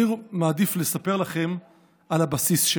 אני מעדיף לספר לכם על הבסיס שלה.